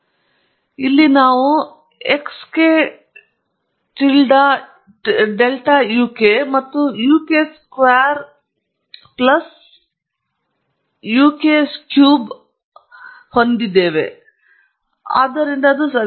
ಆದ್ದರಿಂದ ಇಲ್ಲಿ ನಾವು xk ಟಿಲ್ಡಾ ಯುಕೆ ಮತ್ತು u k square plus of u k cube alright ಹೊಂದಿವೆ ಆದ್ದರಿಂದ ಅದು ಸರಿಯಾಗಿದೆ